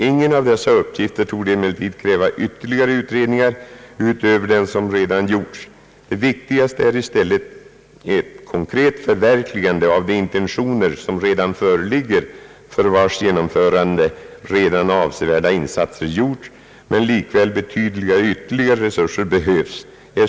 Ingen av dessa uppgifter torde emellertid kräva ytterligare utredningar utöver dem som redan gjorts; det viktigaste är i stället eit konkret förverkligande av de intentioner som redan föreligger och för vilkas genomförande redan avsevärda insatser gjorts men likväl betydande ytterligare resurser behövs.